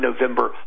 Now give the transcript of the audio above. November